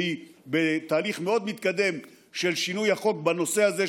והיא בתהליך מאוד מתקדם של שינוי החוק בנושא הזה,